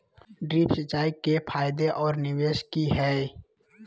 Drip सिंचाई के फायदे और निवेस कि हैय?